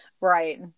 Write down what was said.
right